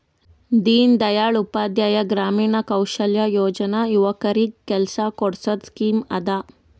ದೀನ್ ದಯಾಳ್ ಉಪಾಧ್ಯಾಯ ಗ್ರಾಮೀಣ ಕೌಶಲ್ಯ ಯೋಜನಾ ಯುವಕರಿಗ್ ಕೆಲ್ಸಾ ಕೊಡ್ಸದ್ ಸ್ಕೀಮ್ ಅದಾ